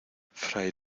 fray